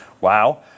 Wow